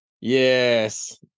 yes